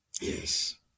Yes